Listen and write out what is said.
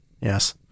yes